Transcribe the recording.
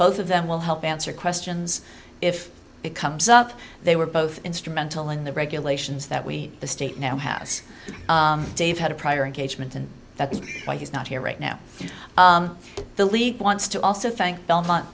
both of them will help answer questions if it comes up they were both instrumental in the regulations that we the state now has dave had a prior engagement and that is why he's not here right now the league wants to also thank belmont